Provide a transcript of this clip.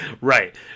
Right